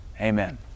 Amen